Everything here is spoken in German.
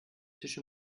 tisch